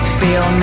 feel